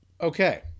Okay